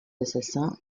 assassins